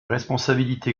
responsabilités